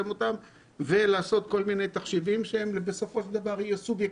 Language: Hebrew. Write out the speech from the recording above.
ולעשות כל מיני תחשיבים שיהיו סובייקטיביים.